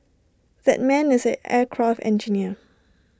that man is an aircraft engineer